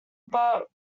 but